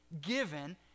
given